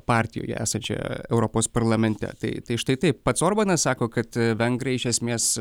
partijoje esančioje europos parlamente tai tai štai taip pats orbanas sako kad vengrai iš esmės